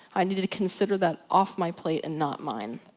i need to consider that off my plate and not mine.